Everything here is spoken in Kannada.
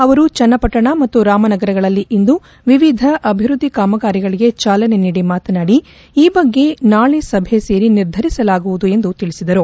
ಅವರು ಚೆನ್ನಪಟ್ಟಣ ಮತ್ತು ರಾಮನಗರಗಳಲ್ಲಿ ಇಂದು ವಿವಿಧ ಅಭಿವೃದ್ದಿ ಕಾಮಗಾರಿಗಳಿಗೆ ಚಾಲನೆ ನೀಡಿ ಮಾತನಾಡಿ ಈ ಬಗ್ಗೆ ನಾಳೆ ಸಭೆ ಸೇರಿ ನಿರ್ಧರಿಸಲಾಗುವುದು ಎಂದು ತಿಳಿಸಿದರು